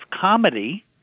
comedy